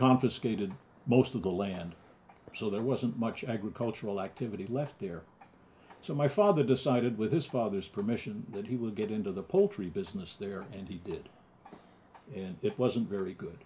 confiscated most of the land so there wasn't much agricultural activity left there so my father decided with his father's permission that he would get into the poultry business there and he did and it wasn't very good